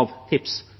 å